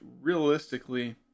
realistically